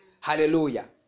hallelujah